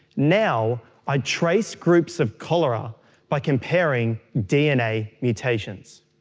now i trace groups of cholera by comparing dna mutations.